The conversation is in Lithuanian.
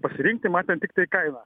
pasirinkti matant tiktai kainą